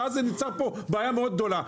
זאת תהיה בעיה מאוד גדולה.